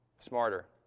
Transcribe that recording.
smarter